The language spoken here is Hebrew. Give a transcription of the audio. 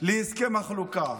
להסכם החלוקה,